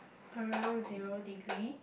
around zero degree